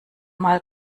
mal